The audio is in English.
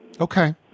Okay